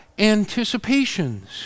anticipations